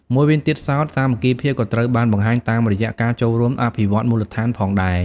មួយវិញទៀតសោត សាមគ្គីភាពក៏ត្រូវបានបង្ហាញតាមរយៈការចូលរួមអភិវឌ្ឍន៍មូលដ្ឋានផងដែរ។